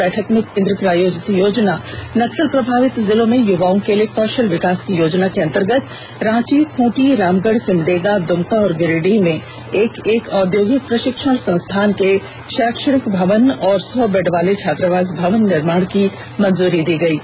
बैठक में केंद्र प्रायोजित योजना नक्सल प्रभावित जिलों में युवाओं के लिए कौशल विकास की योजना के अंतर्गत रांची खूंटी रामगढ़ सिमडेगा दुमका एवं गिरिडीह में एक एक औद्योगिक प्रषिक्षण संस्थान के शैक्षणिक भवन और सौ बेड वाले छात्रावास भवन निर्माण की मंजूरी दी गई है